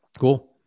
cool